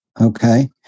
okay